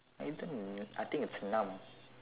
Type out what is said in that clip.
I think it's numb